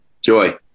Joy